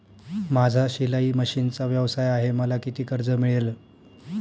माझा शिलाई मशिनचा व्यवसाय आहे मला किती कर्ज मिळेल?